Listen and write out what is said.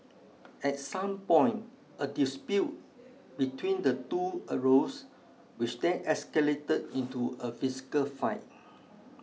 at some point a dispute between the two arose which then escalated into a physical fight